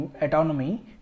autonomy